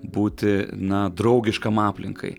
būti na draugiškam aplinkai